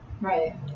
Right